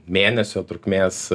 mėnesio trukmės